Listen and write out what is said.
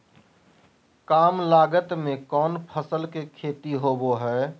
काम लागत में कौन फसल के खेती होबो हाय?